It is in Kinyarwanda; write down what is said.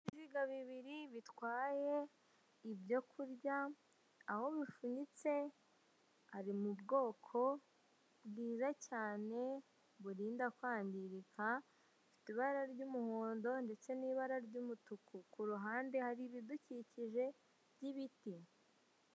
Ibinyabiziha bibiri bitwaye ibyo kurya aho bipfunyitse ari mu bwoko bwiza cyane burinda kwangirika bifite ibara ry'umuhondo ndetse n'ibara ry'umutuku. Kuruhande hari ibidukikije by'ibiti.